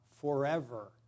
forever